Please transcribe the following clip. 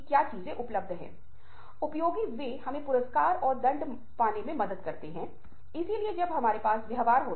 अब यह उन चीजों में से एक है जिसके बारे में हम बात करना चाहेंगे क्योंकि हम इस सत्र के साथ पारस्परिक संचार सॉफ्ट स्किल्स अथवा सुनने की क्षमता को बढ़ाने पर बात होगी